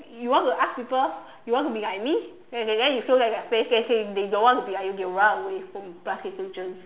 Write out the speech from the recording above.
you want to ask people you want to be like me then you say then you show them your face then they say they don't want to be like you they run away from plastic surgery